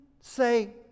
say